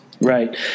right